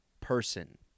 person